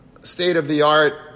state-of-the-art